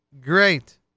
great